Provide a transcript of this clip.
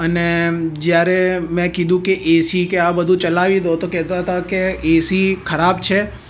અને જ્યારે મેં કીધું કે એસી કે આ બધું ચલાવી દો કહેતા હતા કે એસી ખરાબ છે